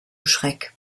schreck